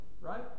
right